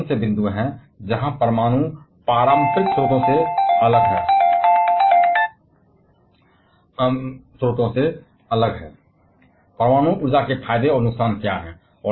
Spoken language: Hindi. वे कौन से बिंदु हैं जहां परमाणु पारंपरिक स्रोतों से अलग हैं परमाणु ऊर्जा के फायदे और नुकसान क्या हैं